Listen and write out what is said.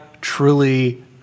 truly